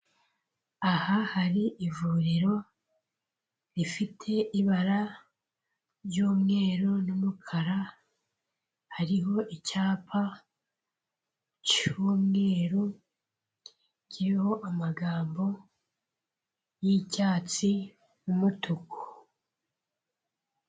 Aha hari ivuriro rifite ibara ry'umweru n'umukara, hariho icyapa cy'umweru kiriho amagambo y'icyatsi n'umutuku.